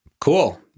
Cool